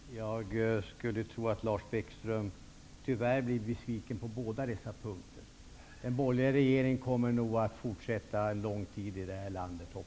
Herr talman! Jag skulle tro att Lars Bäckström tyvärr blir besviken på båda dessa punkter. Den borgerliga regeringen kommer nog att fortsätta en lång tid i det här landet.